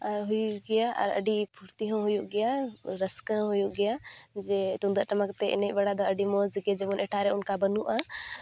ᱟᱨ ᱦᱩᱭᱩᱜ ᱜᱮᱭᱟ ᱟᱹᱰᱤ ᱯᱷᱩᱨᱛᱤ ᱦᱚᱸ ᱦᱩᱭᱩᱜ ᱜᱮᱭᱟ ᱨᱟᱹᱥᱠᱟᱹ ᱦᱚᱸ ᱦᱩᱭᱩᱜ ᱜᱮᱭᱟ ᱡᱮ ᱛᱩᱢᱫᱟᱜ ᱴᱟᱢᱟᱠ ᱟᱛᱮᱜ ᱮᱱᱮᱡ ᱵᱟᱲᱟ ᱫᱚ ᱟᱹᱰᱤ ᱢᱚᱡᱽ ᱜᱮ ᱡᱮᱢᱚᱱ ᱮᱴᱟᱜ ᱟᱨ ᱚᱱᱠᱟ ᱵᱟᱹᱱᱩᱜᱼᱟ